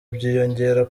byiyongera